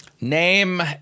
Name